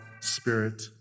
spirit